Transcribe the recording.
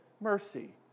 mercy